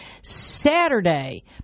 Saturday